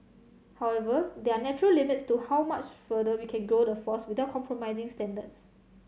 however there are natural limits to how much further we can grow the force without compromising standards